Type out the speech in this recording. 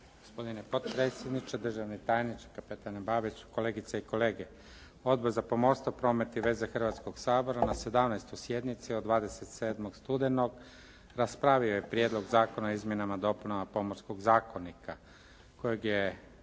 Gospodine potpredsjedniče, državni tajniče, kapetane Babić, kolegice i kolege. Odbor za pomorstvo, promet i veze Hrvatskoga sabora na 17. sjednici od 27. studenog raspravio je Prijedlog zakona o izmjenama i dopunama Pomorskog zakonika kojeg je